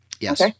Yes